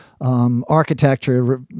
architecture